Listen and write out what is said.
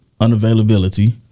unavailability